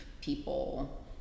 people